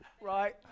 Right